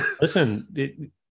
Listen